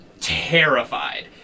terrified